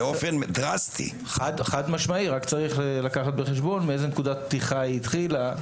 רק צריך לקחת בחשבון באיזו נקודת פתיחה היא התחילה,